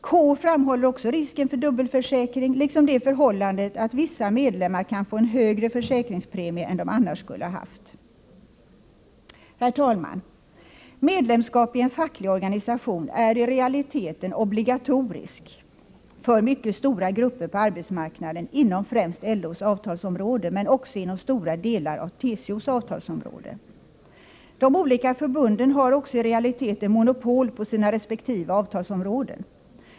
KO framhåller också risken för dubbelförsäkring, liksom det förhållandet att vissa medlemmar kan få en högre försäkringspremie än de annars skulle haft. Herr talman! Medlemskap i en facklig organisation är i realiteten obligatoriskt för mycket stora grupper på arbetsmarknaden inom främst LO:s avtalsområde, men också inom stora delar av TCO:s avtalsområde. De olika förbunden har också i realiteten monopol på sina resp. avtalsområden.